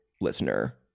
listener